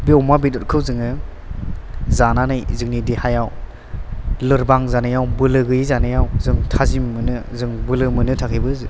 बे अमा बेदरखौ जोङो जानानै जोंनि देहायाव लोरबां जानायाव बोलो गैयि जानायाव जों थाजिम मोनो जों बोलो मोननो थाखायबो जों